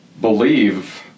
believe